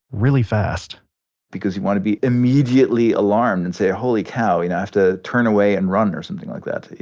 really fast because you want to be immediately alarmed and say, holy cow, and i have to turn away and run, or something like that.